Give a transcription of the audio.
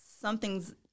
something's